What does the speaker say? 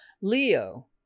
Leo